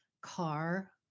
car